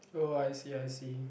oh I see I see